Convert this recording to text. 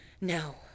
no